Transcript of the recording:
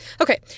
Okay